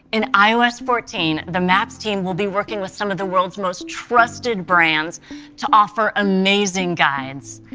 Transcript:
in ios fourteen, the maps team will be working with some of the world's most trusted brands to offer amazing guides.